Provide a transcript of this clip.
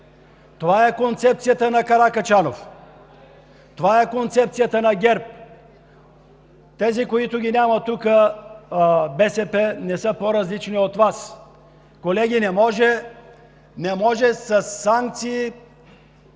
Това е концепцията на Каракачанов. Това е концепцията на ГЕРБ. Тези, които ги няма тук – БСП, не са по-различни от Вас. Колеги, не може с налагането